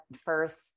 first